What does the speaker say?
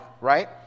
right